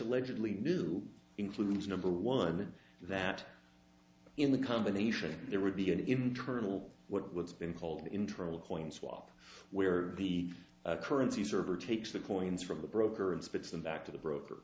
allegedly new includes number one that in the combination there would be an internal what's been called internal coin swap where the currency server takes the coins from the broker and spits them back to the broker